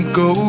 go